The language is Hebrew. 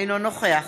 אינו נוכח